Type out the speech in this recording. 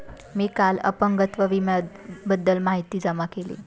मी काल अपंगत्व विम्याबद्दल माहिती जमा केली